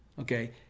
Okay